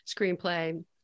screenplay